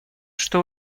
что